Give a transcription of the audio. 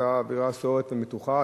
היתה אווירה סוערת ומתוחה,